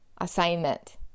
assignment